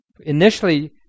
initially